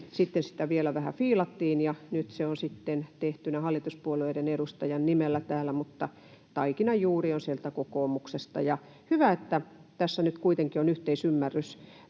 sitä vielä vähän fiilattiin ja nyt se on sitten tehtynä hallituspuolueen edustajan nimellä täällä, mutta taikinan juuri on sieltä kokoomuksesta. Hyvä, että tässä nyt kuitenkin on yhteisymmärrys.